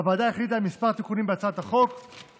הוועדה החליטה על כמה תיקונים בהצעת החוק הממשלתית